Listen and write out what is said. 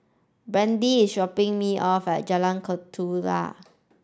Brandi is dropping me off at Jalan Ketuka